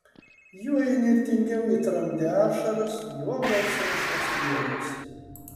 juo įnirtingiau ji tramdė ašaras juo gausiau šios liejosi